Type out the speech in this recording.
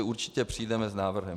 Určitě přijdeme s návrhem.